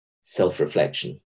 self-reflection